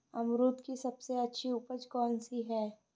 अमरूद की सबसे अच्छी उपज कौन सी है?